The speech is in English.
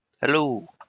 Hello